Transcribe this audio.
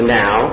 now